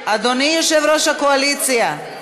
אדוני יושב-ראש הקואליציה.